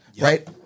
right